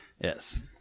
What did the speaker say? Yes